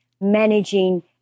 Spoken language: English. managing